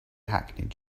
hackneyed